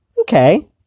okay